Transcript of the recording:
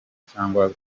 cyangwa